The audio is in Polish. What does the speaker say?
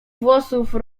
włosów